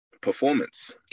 performance